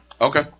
Okay